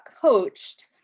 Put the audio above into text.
coached